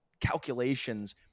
calculations